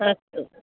अस्तु